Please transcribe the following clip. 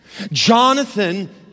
Jonathan